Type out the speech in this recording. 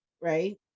right